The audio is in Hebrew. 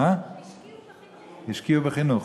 השקיעו בחינוך, השקיעו בחינוך.